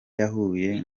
yahuye